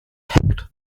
packed